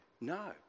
no